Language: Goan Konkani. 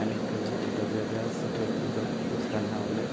आनी धबधब्या सकयल उदकांत न्हांले